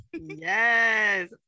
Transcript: Yes